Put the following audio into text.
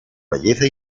belleza